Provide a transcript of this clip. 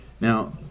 Now